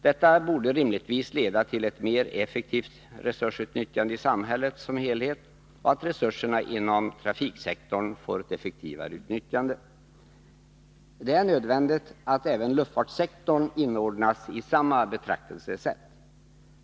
Detta borde rimligtvis leda till ett mer effektivt resursutnyttjande i samhället som helhet och till att resurserna inom trafiksektorn får ett effektivare utnyttjande. Det är nödvändigt att även luftfartssektorn inordnas i samma betraktelsesätt.